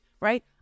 right